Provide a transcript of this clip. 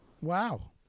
Wow